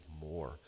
more